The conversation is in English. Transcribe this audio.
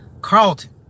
Carlton